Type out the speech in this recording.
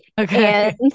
Okay